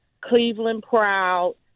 Cleveland-proud